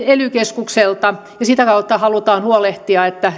ely keskukselta ja sitä kautta halutaan huolehtia että